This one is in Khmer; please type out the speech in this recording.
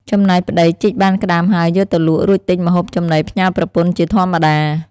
ចំណែកប្ដីជីកបានក្ដាមហើយយកទៅលក់ រួចទិញម្ហូបចំណីផ្ញើប្រពន្ធជាធម្មតា។